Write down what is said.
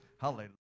Hallelujah